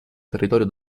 territorio